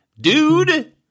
Dude